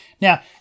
Now